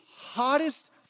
hottest